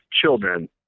children